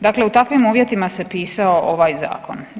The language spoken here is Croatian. Dakle, u takvim uvjetima se pisao ovaj zakon.